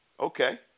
Okay